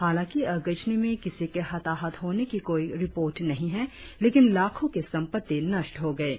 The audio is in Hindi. हालाकी अगजनी में किसी के हताहत होने की कोई रिर्पोट नही है लेकिन लाखो की संपत्ति नष्ट हो गए है